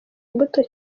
imbuto